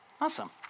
Awesome